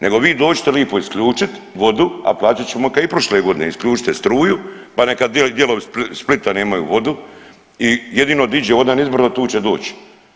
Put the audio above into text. Nego vi dođite lipo isključit vodu, a platit ćemo ka i prošle godine, isključite struju, pa neka dijelovi Splita nemaju vodu i jedino di iđe voda nizbrdo tu će doći.